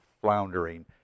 floundering